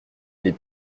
les